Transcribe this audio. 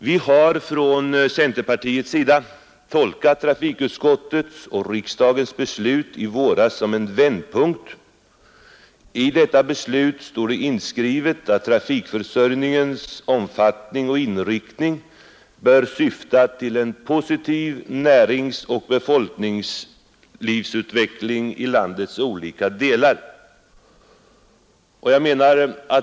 Vi har från centerpartiets sida tolkat trafikutskottets och riksdagens beslut i våras som en vändpunkt. I detta beslut står inskrivet att trafikförsörjningens omfattning och inriktning bör syfta till en positiv näringsoch befolkningsutveckling i landets olika delar.